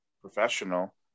professional